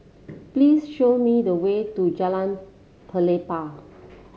please show me the way to Jalan Pelepah